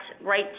right